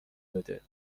بده